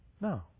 No